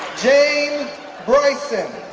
jane bryson